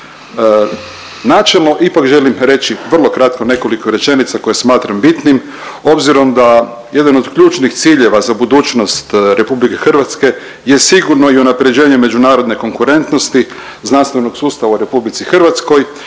Načelno ipak želim reći vrlo kratko nekoliko rečenica koje smatram bitnim. Obzirom da jedan od ključnih ciljeva za budućnost RH je sigurno i unapređenje međunarodne konkurentnosti znanstvenog sustava u RH i stvaranje